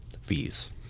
fees